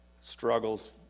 struggles